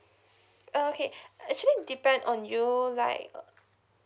err okay actually depend on you like